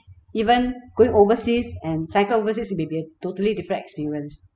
even going overseas and cycle overseas it may be a totally different experience